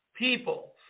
people